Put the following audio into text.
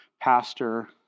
pastor